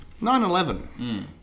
9-11